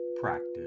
practice